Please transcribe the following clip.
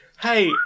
Hey